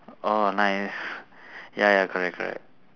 orh nice ya ya correct correct